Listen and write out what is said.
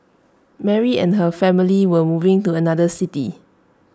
Mary and her family were moving to another city